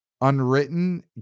Unwritten